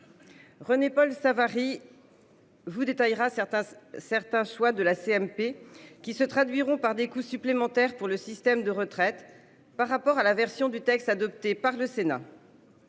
René-Paul Savary vous détaillera certains choix de la commission mixte paritaire, qui se traduiront par des coûts supplémentaires pour le système de retraite par rapport à la version du texte adoptée par le Sénat.